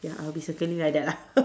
ya I'll be circling like that lah